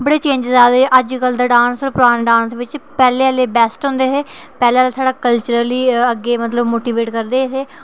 बड़े चेंजस आ दे अज्जकल दे डांस और पुराने डांस बिच पैह्ले आह्ले बैस्ट होंदे हे पैह्ले आह्ला साढ़ा कल्चरली अग्गै मतलब मोटीवेट करदे हे